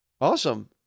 Awesome